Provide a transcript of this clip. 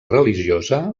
religiosa